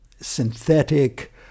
synthetic